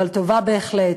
אבל טובה בהחלט.